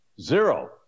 Zero